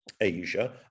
asia